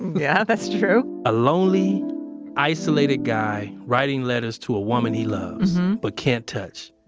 yeah, that's true a lonely isolated guy writing letters to a woman he loves but can't tough.